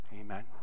Amen